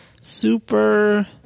Super